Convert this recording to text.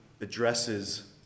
addresses